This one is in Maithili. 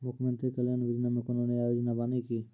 मुख्यमंत्री कल्याण योजना मे कोनो नया योजना बानी की?